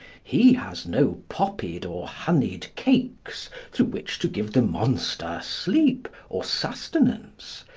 he has no poppied or honeyed cakes through which to give the monster sleep or sustenance.